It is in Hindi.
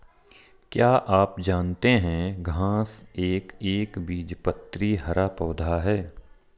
क्या आप जानते है घांस एक एकबीजपत्री हरा पौधा है?